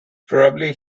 probably